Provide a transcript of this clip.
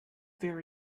very